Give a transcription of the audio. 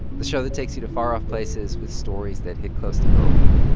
the show that takes you to far-off places with stories that hit close to home.